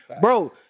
Bro